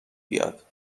بیاد